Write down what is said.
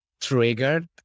triggered